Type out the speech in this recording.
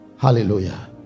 hallelujah